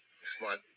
Smart